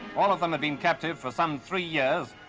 all of them had been captive for some three years.